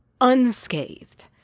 unscathed